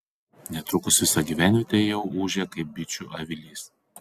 netrukus visa gyvenvietė jau ūžė kaip bičių avilys